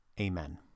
Amen